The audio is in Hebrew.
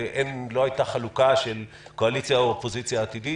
ופה לא היתה חלוקה של קואליציה או אופוזיציה עתידית